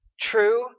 true